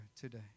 today